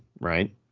Right